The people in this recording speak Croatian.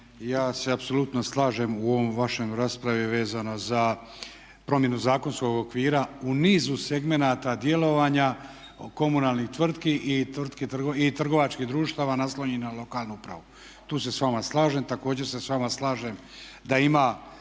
ja se apsolutno slažem u ovoj vašoj raspravi vezano za promjenu zakonskog okvira u nizu segmenata djelovanja komunalnih tvrtki i trgovačkih društava naslonjenih na lokalnu upravu. Tu se s vama slažem. Također se s vama slažem da ima